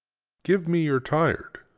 give me your tired,